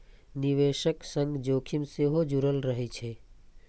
निवेशक संग जोखिम सेहो जुड़ल रहै छै